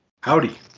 Howdy